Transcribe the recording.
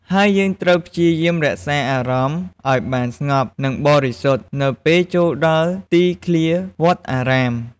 ហើយយើងត្រូវព្យាយាមរក្សាអារម្មណ៍ឲ្យបានស្ងប់ និងបរិសុទ្ធ នៅពេលចូលដល់ទីធាវត្តអារាម។